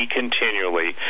continually